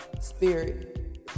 spirit